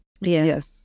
Yes